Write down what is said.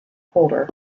holder